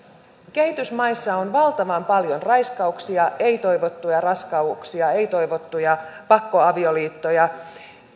kehitysmaissa on valtavan paljon raiskauksia ei toivottuja raskauksia ei toivottuja pakkoavioliittoja